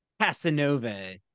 Casanova